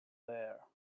there